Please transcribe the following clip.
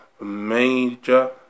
major